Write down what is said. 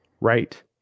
right